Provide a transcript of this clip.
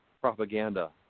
propaganda